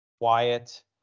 quiet